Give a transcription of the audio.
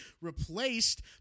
replaced